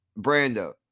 Brando